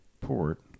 port